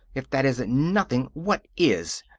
if that isn't nothing, what is?